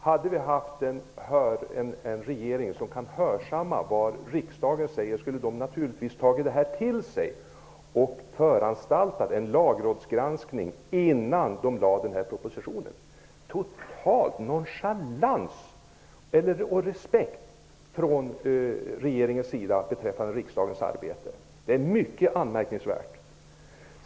Hade vi haft en regering som hörsammade vad riksdagen säger hade den givetvis tagit detta till sig och föranstaltat en lagrådsgranskning innan den lade fram propositionen. Regeringen visade en total nonchalans och har inte någon respekt för riksdagens arbete! Det är mycket anmärkningsvärt.